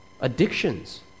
Addictions